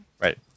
Right